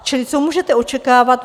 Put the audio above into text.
Čili co můžete očekávat?